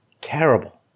terrible